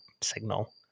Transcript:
signal